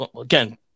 again